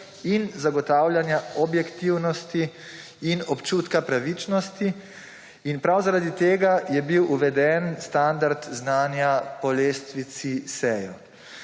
in zagotavljanja objektivnosti in občutka pravičnosti. In prav zaradi tega je bil uveden standard znanja po lestvici SEJO.